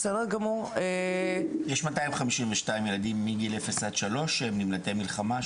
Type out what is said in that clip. יש מאתיים חמישים ושניים ילדים מגיל אפס עד שלוש שהם נמלטי מלחמה,